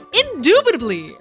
indubitably